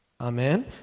Amen